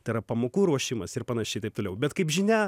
tai yra pamokų ruošimas ir panašiai taip toliau bet kaip žinia